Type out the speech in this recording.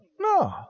No